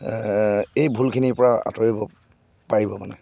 এই ভূলখিনিৰপৰা আঁতৰিব পাৰিব মানে